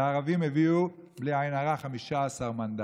שהערבים הביאו, בלי עין הרע, 15 מנדטים.